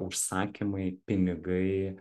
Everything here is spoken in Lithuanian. užsakymai pinigai